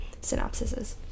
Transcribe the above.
synopsises